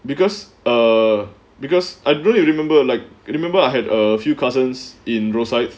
because uh because I don't you remember like I remember I had a few cousins in rosyth